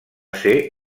ser